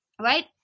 right